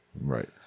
Right